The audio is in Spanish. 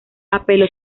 apeló